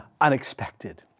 unexpected